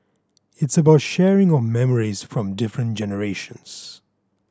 it's about sharing of memories from different generations